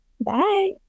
Bye